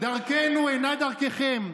דרכנו אינה דרככם.